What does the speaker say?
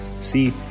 See